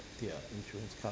their insurance coverage